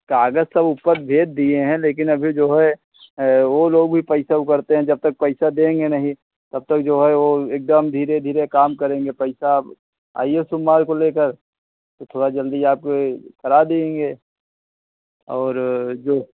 काग़ज़ सब ऊपर भेज दिए हैं लेकिन अभी जो है वे लोग भी तो एसों करते हैं जब तक पैसा देंगे नहीं तब तक जो है एकदम धीरे धीरे काम करेंगे पैसा थोड़ा आइए सोमवार को लेकर थोड़ा जल्दी आकर करा देंगे और जो